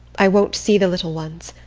i won't see the little ones.